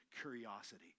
curiosity